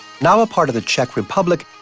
now a part of the czech republic,